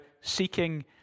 seeking